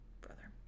Brother